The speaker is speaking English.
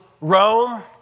Rome